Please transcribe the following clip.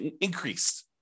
increased